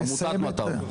עמותת מטב.